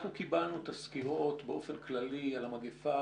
אנחנו קיבלנו את הסקירות באופן כללי על המגיפה,